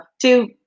two